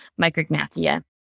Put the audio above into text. micrognathia